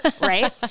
Right